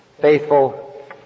faithful